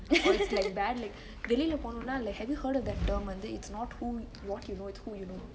or is like bad like வெளில போனுனா:velile ponunaa like have you heard of that term it's not who what you know it's who you know